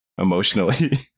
emotionally